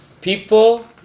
people